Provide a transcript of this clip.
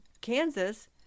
Kansas